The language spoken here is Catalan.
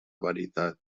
veritat